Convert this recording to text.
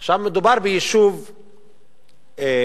מדובר ביישוב סח'נין,